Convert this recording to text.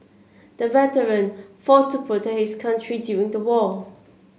the veteran fought to protect his country during the war